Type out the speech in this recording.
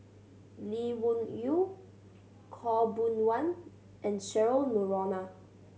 Lee Wung Yew Khaw Boon Wan and Cheryl Noronha